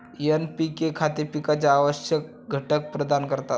NPK खते पिकांना आवश्यक घटक प्रदान करतात